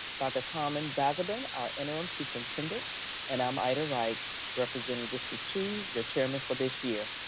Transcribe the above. dr. carmen balgobin our interim superintendent and i'm ida wright representing district two, your chairman for this year.